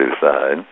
side